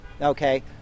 Okay